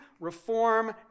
reform